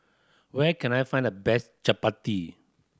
where can I find the best chappati